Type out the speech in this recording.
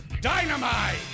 Dynamite